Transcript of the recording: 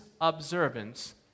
observance